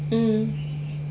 mm